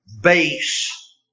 Base